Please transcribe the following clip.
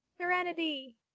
Serenity